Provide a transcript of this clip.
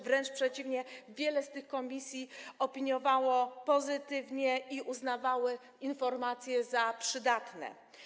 Wręcz przeciwnie, wiele z tych komisji opiniowało go pozytywnie i uznawało informacje za przydatne.